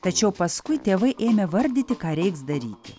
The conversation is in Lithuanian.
tačiau paskui tėvai ėmė vardyti ką reiks daryti